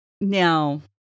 Now